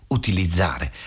utilizzare